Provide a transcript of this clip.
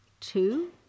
two